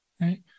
right